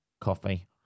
coffee